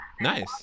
Nice